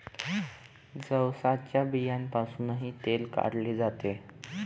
जवसाच्या बियांपासूनही तेल काढले जाते